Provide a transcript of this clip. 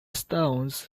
stones